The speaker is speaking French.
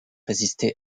résisté